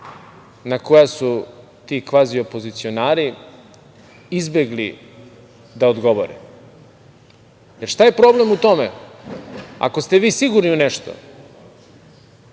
na koja su ti kvazi opozicionari izbegli da odgovore. Šta je problem u tome ako ste vi sigurni u nešto,